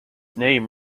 name